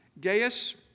Gaius